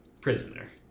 prisoner